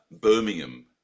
Birmingham